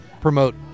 promote